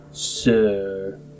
Sir